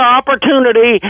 opportunity